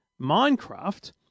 Minecraft